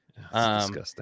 Disgusting